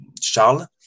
Charles